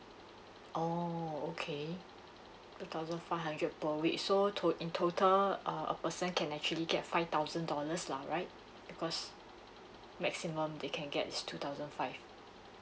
oh okay two thousand four hundred per week so told in total uh a person can actually get five thousand dollars lah right because maximum they can get is two thousand five